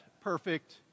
perfect